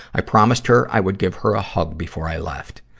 i promised her i would give her a hug before i left.